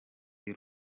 y’u